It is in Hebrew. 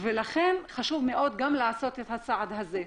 לכן חשוב לעשות את הצעד הזה.